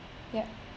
yup